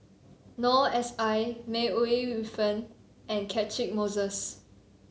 Noor S I May Ooi Yu Fen and Catchick Moses